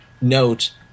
note